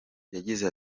yagize